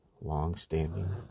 long-standing